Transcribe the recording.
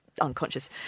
unconscious